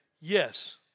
Yes